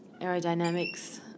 aerodynamics